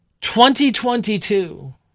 2022